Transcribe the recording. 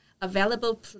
available